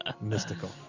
mystical